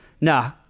nah